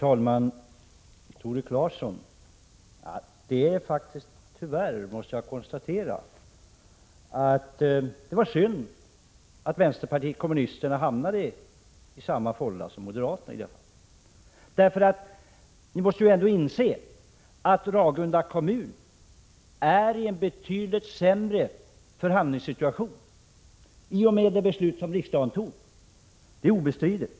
Herr talman! Det var synd, Tore Claeson, att vänsterpartiet kommunisterna hamnade i samma fålla som moderaterna i detta fall. Ni måste ändå inse att Ragunda kommun är i ett betydligt sämre förhandlingsläge i och med det beslut som riksdagen fattade — det är obestridligt.